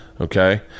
okay